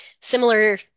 similar